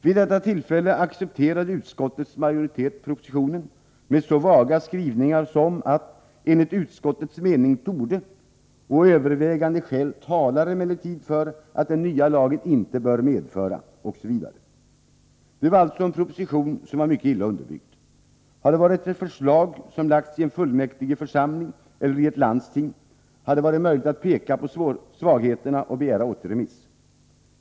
Vid detta tillfälle accepterade utskottets majoritet propositionen med så vaga skrivningar som ”enligt utskottets mening torde” och ”övervägande skäl talar emellertid för att den nya lagen inte bör medföra” osv. Det var alltså en proposition som var mycket illa underbyggd. Om det hade varit fråga om ett förslag som lagts fram i en fullmäktigeförsamling eller i ett landsting, hade det varit möjligt att peka på svagheterna och begära återremiss.